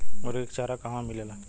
मुर्गी के चारा कहवा मिलेला?